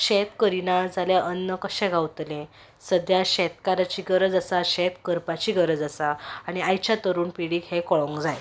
शेत करिना जाल्यार अन्न कशें गावतलें सद्द्यां शेतकाराची गरज आसा शेत करपाची गरज आसा आनी आयच्या तरूण पिडीक हें कळूंक जाय